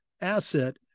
asset